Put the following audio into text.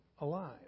alive